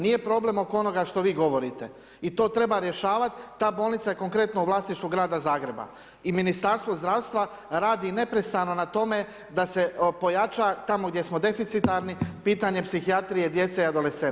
Nije problem oko onoga što vi govorite i to treba rješavati, ta bolnica je konkretno u vlasništvu Grada Zagreba i Ministarstvo zdravstva radi neprestano na tome da se pojača tamo gdje smo deficitarni pitanje psihijatrije djece adolescenata.